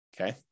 okay